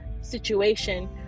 situation